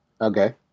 Okay